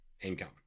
income